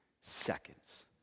seconds